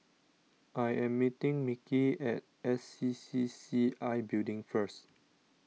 I am meeting Mickey at S C C C I Building first